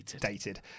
dated